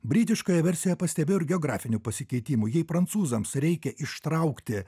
britiškoje versijoje pastebėjau ir geografinių pasikeitimų jei prancūzams reikia ištraukti